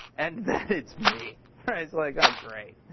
and it's me. i was like, oh, great.